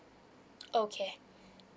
okay